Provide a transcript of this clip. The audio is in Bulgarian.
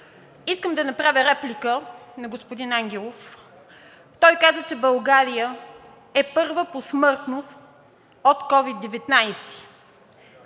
Искам да направя реплика на господин Ангелов. Той каза, че България е първа по смъртност от COVID-19.